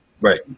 Right